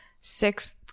sixth